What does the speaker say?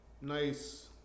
nice